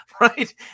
right